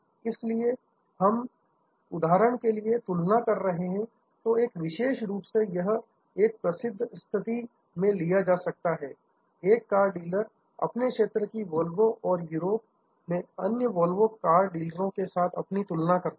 इसलिए यदि हम उदाहरण के लिए तुलना कर रहे हैं तो एक विशेष रूप से यह एक प्रसिद्ध स्थिति में लिया जा सकता है एक कार डीलर अपने क्षेत्र की वोल्वो और यूरोप में अन्य वोल्वो कार डीलरों के साथ अपनी तुलना करता है